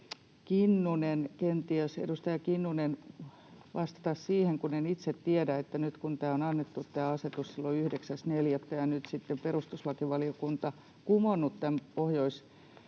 edustaja Kinnunen, kenties vastata siihen, kun en itse tiedä, että nyt kun tämä asetus on annettu silloin 9.4. ja nyt sitten perustuslakivaliokunta on kumonnut tämän Pohjois-Savon